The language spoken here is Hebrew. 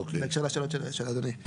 בהקשר לשאלות של אדוני.